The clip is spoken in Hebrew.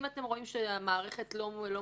אתם רואים שהמערכת לא מוכנה,